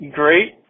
great